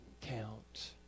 count